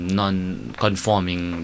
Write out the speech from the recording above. non-conforming